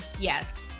yes